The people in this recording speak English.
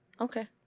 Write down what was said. okay